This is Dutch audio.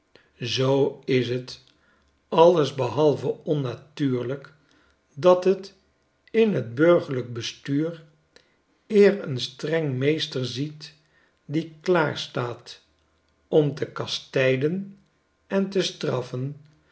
zoo is het alles behalve onnatuurlijk dat het in t burgerlijk bestuur eer een streng meester ziet die klaarstaat om te kastijden en te straffen